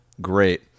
great